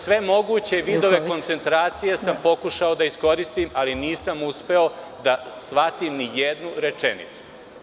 Sve moguće vidove koncentracije sam pokušao da iskoristim, ali nisam uspeo da shvatim nijednu rečenicu.